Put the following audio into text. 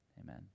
amen